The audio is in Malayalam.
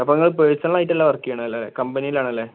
അപ്പം നിങ്ങൾ പേർസണൽ ആയിട്ടല്ല വർക്ക് ചെയ്യുന്നതല്ലേ കമ്പനിയിൽ ആണല്ലേ